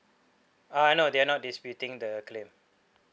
uh no they are not disputing the claim